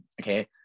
okay